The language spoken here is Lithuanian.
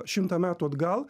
šimtą metų atgal